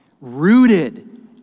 Rooted